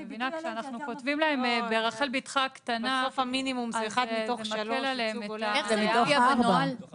אם כותבים ברחל ביתך הקטנה זה מקל עליהם ביישום.